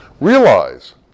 Realize